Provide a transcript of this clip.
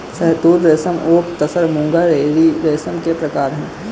शहतूत रेशम ओक तसर मूंगा एरी रेशम के प्रकार है